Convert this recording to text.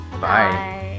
Bye